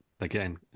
Again